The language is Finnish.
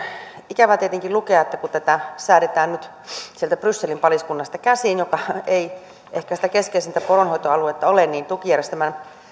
ikävä tietenkin lukea kun tätä säädetään nyt sieltä brysselin paliskunnasta käsin joka ei ehkä sitä keskeisintä poronhoitoaluetta ole että tukijärjestelmän